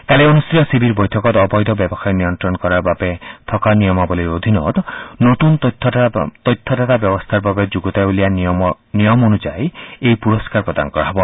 কালি অনুষ্ঠিত ছেবিৰ বৈঠকত অবৈধ ব্যৱসায় নিয়ন্ত্ৰণ কৰাৰ বাবে থকা নিয়মাৱলীৰ অধীনত নতুন তথ্যদাতা ব্যৰস্থাৰ বাবে যুগুতাই উলিওৱা নিয়ম অনুযায়ী এই পুৰস্থাৰ প্ৰদান কৰা হ'ব